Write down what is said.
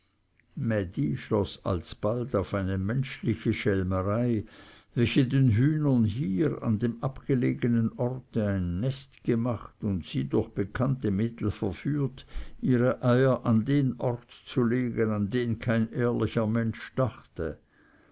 mädi schloß alsbald auf eine menschliche schelmerei welche den hühnern hier an dem abgelegenen orte ein nest gemacht und sie durch bekannte mittel verführt ihre eier an den ort zu legen an den kein ehrlicher mensch dachte